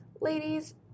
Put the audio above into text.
Ladies